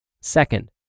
Second